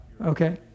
okay